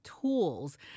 tools